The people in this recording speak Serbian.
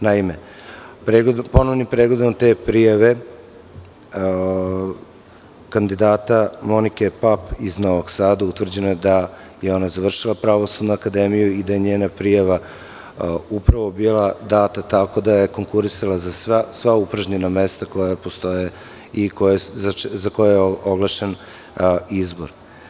Naime, ponovnim predlogom te prijave kandidata Monike Pap iz Novog Sada utvrđeno je da je ona završila Pravosudnu akademiju i da je njena prijava bila data tako da je konkurisala za sva upražnjena mesta koja postoje i za koja je oglašen izbor.